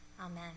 Amen